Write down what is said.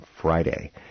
Friday